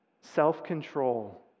self-control